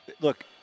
Look